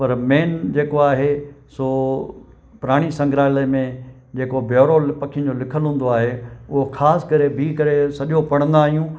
पर मेन जेको आहे सो प्राणी संघ्राल्य में जेको ब्योरो पखियुनि जो लिखियलु हूंदो आहे उहो ख़ासि करे बीह करे सॼो पढ़ंदा आहियूं